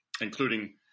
including